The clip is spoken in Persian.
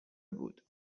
بود